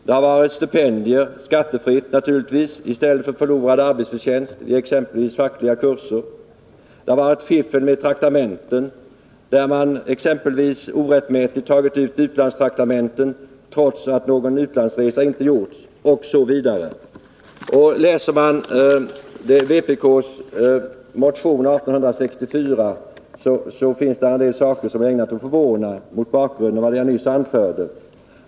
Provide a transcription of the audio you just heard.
Det har förekommit stipendier — skattefria naturligtvis — i stället för förlorad arbetsförtjänst under exempelvis fackliga kurser. Det har förekommit fiffel med traktamenten, där man exempelvis orättmätigt tagit ut utlandstraktamenten, trots att någon utlandsresa inte gjorts osv. Läser man vpk:s motion 1979/80:1864 finner man en del saker som är ägnade att förvåna mot bakgrund av vad jag nyss anförde.